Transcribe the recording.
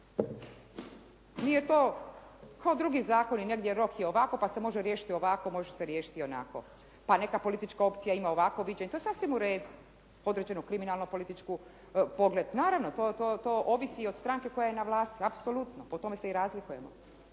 Nije to, kao drugi zakoni, negdje rok je ovako, pa se može riješiti ovako, može se riješiti onako. Pa neka politička opcija ima ovakvo viđenje, to je sasvim u redu. Određeni kriminalni politički pogled, naravno to ovisi od stranke koja je na vlasti, apsolutno po tome se i razlikujemo.